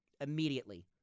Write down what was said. immediately